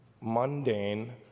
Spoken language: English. mundane